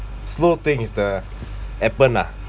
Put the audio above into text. slow thing is the appen ah